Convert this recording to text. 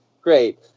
great